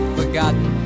forgotten